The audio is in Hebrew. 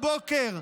ומחר בבוקר,